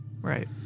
Right